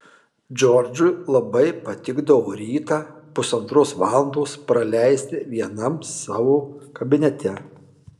džordžui labai patikdavo rytą pusantros valandos praleisti vienam savo kabinete